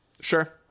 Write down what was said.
Sure